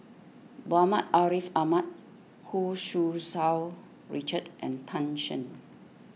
Muhammad Ariff Ahmad Hu Tsu Tau Richard and Tan Shen